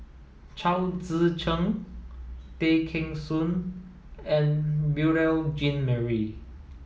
Chao Tzee Cheng Tay Kheng Soon and Beurel Jean Marie